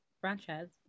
branches